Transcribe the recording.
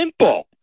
simple